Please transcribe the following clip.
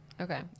okay